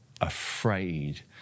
afraid